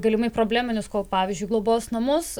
galimai probleminius kol pavyzdžiui globos namus